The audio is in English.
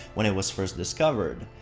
when it was first discovered.